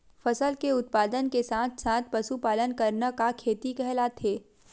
फसल के उत्पादन के साथ साथ पशुपालन करना का खेती कहलाथे?